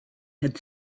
had